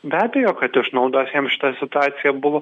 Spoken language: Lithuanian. be abejo kad išnaudos jam šita situacija buvo